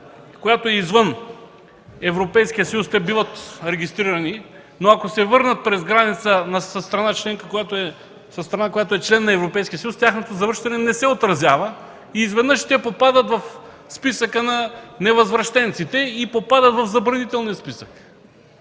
която е извън Европейския съюз, те биват регистрирани, но ако се върнат през граница със страна – членка на Европейския съюз, тяхното връщане не се отразява и изведнъж те попадат в списъка на невъзвръщенците и в забранителния списък.